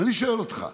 ואני שואל אותך: